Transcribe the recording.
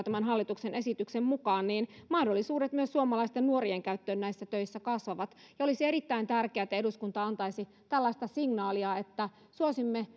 tämän hallituksen esityksen mukaan vaativat vähemmän ammattitaitoa niin mahdollisuudet myös suomalaisten nuorien käyttöön näissä töissä kasvavat olisi erittäin tärkeää että eduskunta antaisi tällaista signaalia että suosimme